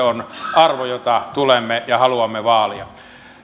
on arvo jota tulemme vaalimaan ja haluamme vaalia